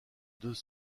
deux